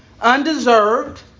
undeserved